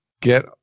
get